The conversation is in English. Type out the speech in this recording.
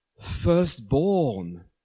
firstborn